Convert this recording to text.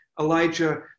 Elijah